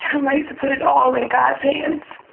and ready to put it all in god's hands.